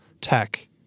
tech